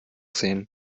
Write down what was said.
sehen